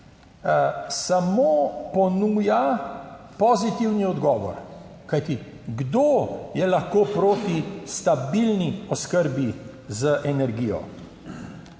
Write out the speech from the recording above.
samo ponuja pozitivni odgovor. Kajti kdo je lahko proti stabilni oskrbi z energijo?